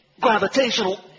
gravitational